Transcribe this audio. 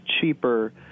cheaper